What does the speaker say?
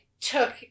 took